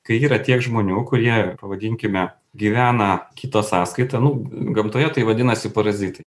kai yra tiek žmonių kurie pavadinkime gyvena kito sąskaita nu gamtoje tai vadinasi parazitai